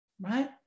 right